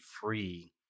free